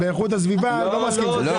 מה שבאיכות הסביבה --- שנייה,